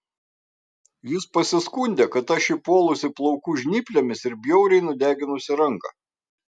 jis pasiskundė kad aš jį puolusi plaukų žnyplėmis ir bjauriai nudeginusi ranką